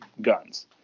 guns